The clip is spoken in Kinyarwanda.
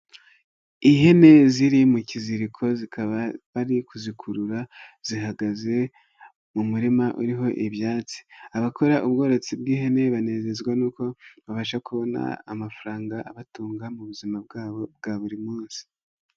Ihene ziri mu kiziriko zikaba bari kuzikurura zihagaze mu murima uriho ibyatsi, abakora ubworozi bw'ihene banezezwa n'uko babasha kubona amafaranga abatunga mu buzima bwabo bwa buri munsi.